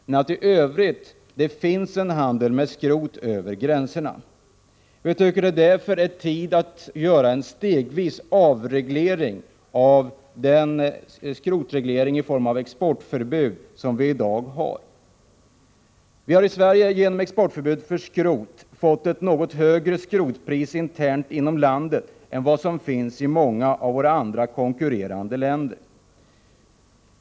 Men i övrigt förekommer en handel med skrot över gränserna. Vi tycker därför att det nu är tid att genomföra en stegvis avreglering av den skrotreglering i form av exportförbud som Sverige i dag har. Genom förbudet mot export av skrot har vi internt inom Sverige fått ett något högre skrotpris än i många av våra konkurrentländer.